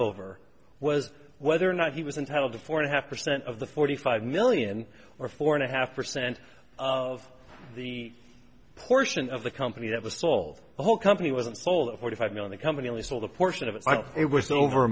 over was whether or not he was entitled to four and a half percent of the forty five million or four and a half percent of the portion of the company that was sold the whole company wasn't sold at forty five million the company only sold a portion of it it was over